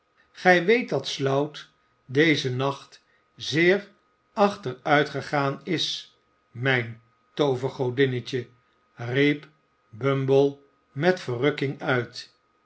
gij weet dat slut dezen nacht zeer achteruitgegaan is mijn toovergodinnetje riep bumble met verrukking uit